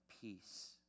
peace